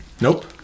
Nope